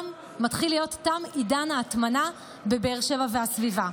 מתחיל להיות תום עידן ההטמנה בבאר שבע והסביבה.